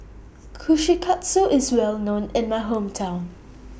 Kushikatsu IS Well known in My Hometown